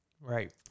Right